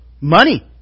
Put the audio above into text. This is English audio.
Money